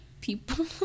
people